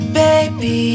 baby